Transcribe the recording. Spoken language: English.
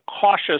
cautious